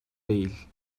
değil